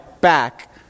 back